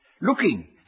Looking